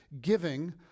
giving